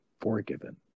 forgiven